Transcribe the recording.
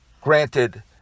granted